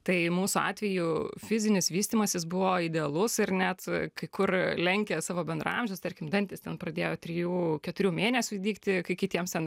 tai mūsų atveju fizinis vystymasis buvo idealus ir net kai kur lenkė savo bendraamžius tarkim dantys ten pradėjo trijų keturių mėnesių dygti kai kitiems ten